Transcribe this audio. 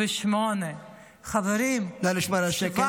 798. חברים, נא לשמור על שקט.